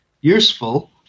useful